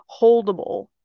holdable